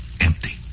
empty